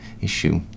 issue